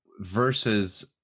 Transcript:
versus